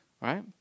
Right